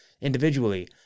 individually